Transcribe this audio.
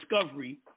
discovery